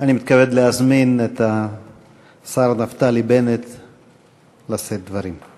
אני מתכבד להזמין את השר נפתלי בנט לשאת דברים.